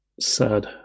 sad